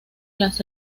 las